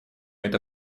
это